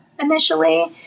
initially